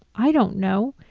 i don't know.